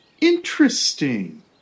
Interesting